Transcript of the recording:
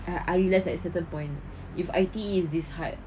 I I realise at certain point if I_T_E is this hard